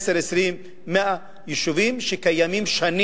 עשר או 20 שנה, זה 100 יישובים שקיימים שנים,